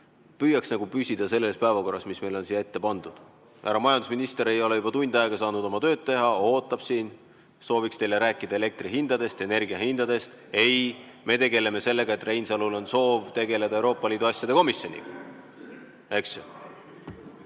püüaks ikka püsida selles päevakorras, mis meil on siia ette pandud. Härra majandusminister ei ole juba tund aega saanud oma tööd teha, ootab siin, sooviks teile rääkida elektrihinnast, energiahinnast. Ei, me tegeleme sellega, et Reinsalul on soov rääkida Euroopa Liidu asjade komisjonist,